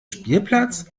spielplatz